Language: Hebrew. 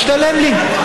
משתלם לי.